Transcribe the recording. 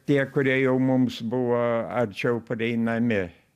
tie kurie jau mums buvo arčiau prieinami